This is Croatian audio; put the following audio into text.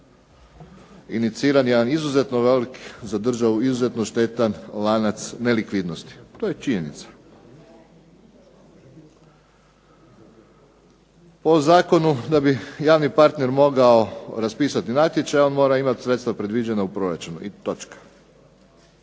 iniciran je jedan izuzetno velik, za državu izuzetno štetan lanac nelikvidnosti. To je činjenica. Po zakonu da bi javni partner mogao raspisati natječaj on mora imati sredstva predviđena u proračunu i točka.